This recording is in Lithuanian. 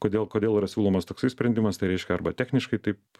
kodėl kodėl yra siūlomas toksai sprendimas tai reiškia arba techniškai taip